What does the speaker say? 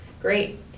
great